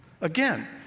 Again